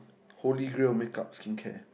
holy grail makeup skincare